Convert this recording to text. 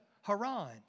Haran